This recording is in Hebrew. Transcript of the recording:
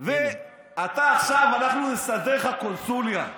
ועכשיו אנחנו נסדר לך קונסוליה,